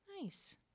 Nice